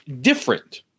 different